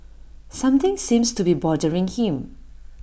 something seems to be bothering him